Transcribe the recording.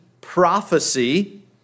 prophecy